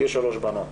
לי יש שלוש בנות.